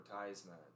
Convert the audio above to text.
advertisement